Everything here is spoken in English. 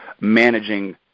managing